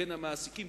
בין המעסיקים.